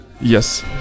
Yes